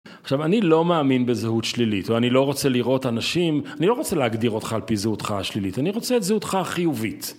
עכשיו אני לא מאמין בזהות שלילית ואני לא רוצה לראות אנשים, אני לא רוצה להגדיר אותך על פי זהותך השלילית, אני רוצה את זהותך חיובית